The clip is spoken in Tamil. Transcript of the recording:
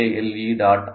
iisctagmail